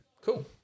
cool